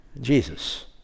Jesus